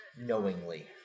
Knowingly